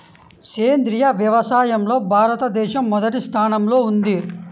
సేంద్రీయ వ్యవసాయంలో భారతదేశం మొదటి స్థానంలో ఉంది